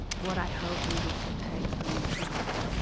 what i hope readers will take from this novel.